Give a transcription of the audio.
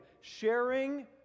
sharing